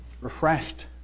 refreshed